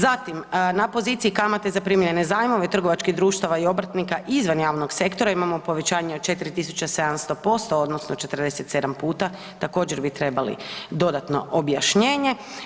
Zatim na poziciji kamate zaprimljene zajmom trgovačkih društava i obrtnika izvan javnog sektora imamo povećanje od 4700% odnosno 47 puta, također bi trebali dodatno objašnjenje.